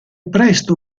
presto